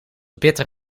bitter